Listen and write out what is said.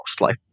mostly